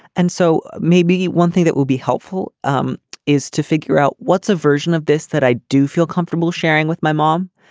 and so maybe one thing that will be helpful um is to figure out what's a version of this that i do feel comfortable sharing with my mom.